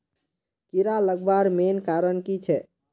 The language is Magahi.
कीड़ा लगवार मेन कारण की छे?